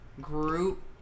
group